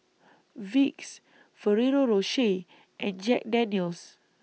Vicks Ferrero Rocher and Jack Daniel's